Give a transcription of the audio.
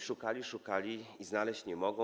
Szukali, szukają i znaleźć nie mogą.